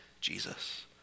Jesus